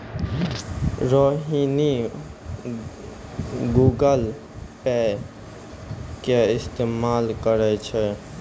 Rohini Google Pay के इस्तेमाल करै छै